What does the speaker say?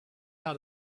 how